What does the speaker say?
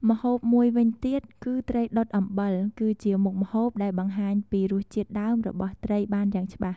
ម្ហូបមួយវិញទៀត គឺត្រីដុតអំបិល គឺជាមុខម្ហូបដែលបង្ហាញពីរសជាតិដើមរបស់ត្រីបានយ៉ាងច្បាស់។